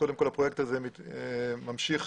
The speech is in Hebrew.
הפרויקט הזה ממשיך